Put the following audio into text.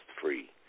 free